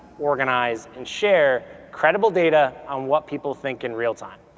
organize, and share credible data on what people think in real-time.